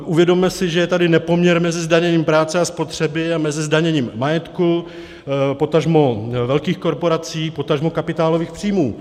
Uvědomme si, že je tady nepoměr mezi zdaněním práce a spotřeby a zdaněním majetku potažmo velkých korporací potažmo kapitálových příjmů.